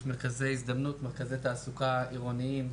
יש מרכזי הזדמנות, מרכזי תעסוקה עירוניים,